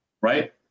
right